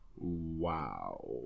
wow